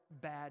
Bad